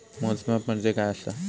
मोजमाप म्हणजे काय असा?